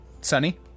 Sunny